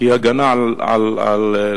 כי הגנה על קורבנות